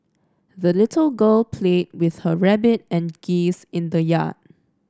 the little girl played with her rabbit and geese in the yard